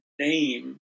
name